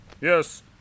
Yes